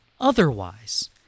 Otherwise